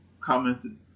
commented